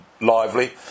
lively